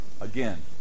Again